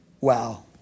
Wow